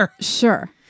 Sure